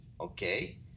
okay